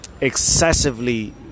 excessively